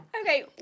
Okay